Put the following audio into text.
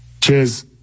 Cheers